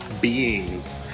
beings